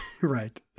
Right